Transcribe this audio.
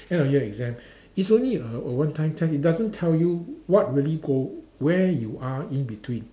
end of year exam it's only uh a one time test it doesn't tell you what really go where you are in between